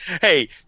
Hey